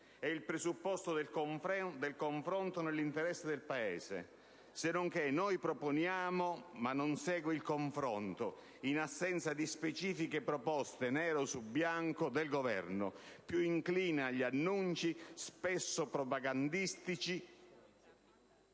è il presupposto del confronto nell'interesse del Paese. Se non che, noi proponiamo, ma non segue il confronto, in assenza di specifiche proposte nero su bianco del Governo, più incline agli annunci, spesso propagandistici